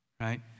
Right